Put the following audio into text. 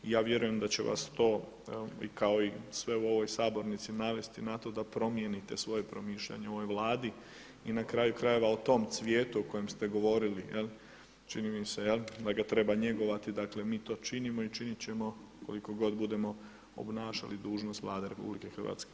I ja vjerujem da će vas to evo kao i sve u ovoj sabornici navesti na to da promijeniti svoje promišljanje o ovoj Vladi i na kraju krajeva o tom cvijetu o kojem ste govorili čini mi se da ga treba njegovati, dakle mi to činimo i činit ćemo koliko god budemo obnašali dužnost Vlade RH.